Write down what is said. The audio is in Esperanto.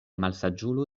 malsaĝulo